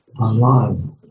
online